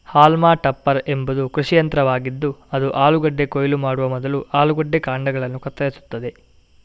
haulm topper ಎಂಬುದು ಕೃಷಿ ಯಂತ್ರವಾಗಿದ್ದು ಅದು ಆಲೂಗಡ್ಡೆ ಕೊಯ್ಲು ಮಾಡುವ ಮೊದಲು ಆಲೂಗಡ್ಡೆ ಕಾಂಡಗಳನ್ನು ಕತ್ತರಿಸುತ್ತದೆ